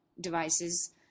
devices